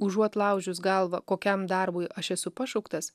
užuot laužius galvą kokiam darbui aš esu pašauktas